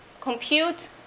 compute